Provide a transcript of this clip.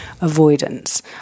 avoidance